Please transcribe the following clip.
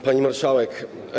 Pani Marszałek!